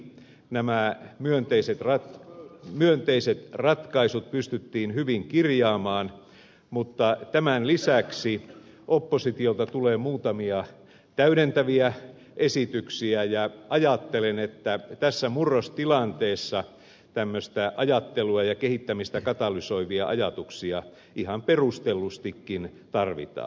nämä myönteiset ratkaisut pystyttiin hyvin kirjaamaan mutta tämän lisäksi oppositiolta tulee muutamia täydentäviä esityksiä ja ajattelen että tässä murrostilanteessa tämmöistä ajattelua ja kehittämistä katalysoivia ajatuksia ihan perustellustikin tarvitaan